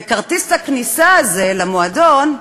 וכרטיס הכניסה הזה למועדון,